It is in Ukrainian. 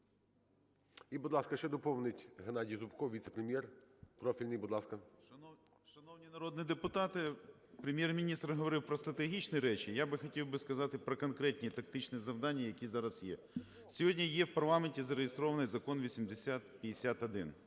І, будь ласка, ще доповнить ГеннадійЗубко – віце-прем'єр профільний, будь ласка. 10:40:26 ЗУБКО Г.Г. Шановні народні депутати, Прем'єр-міністр говорив про стратегічні речі, я би хотів сказати про конкретні тактичні і практичні завдання, які зараз є. Сьогодні є в парламенті зареєстрований закон 8051: